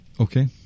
Okay